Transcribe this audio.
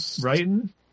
Writing